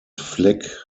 fleck